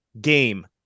game